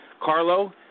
Carlo